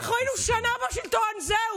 אנחנו היינו שנה בשלטון, זהו,